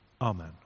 Amen